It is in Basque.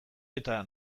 eta